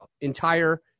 entire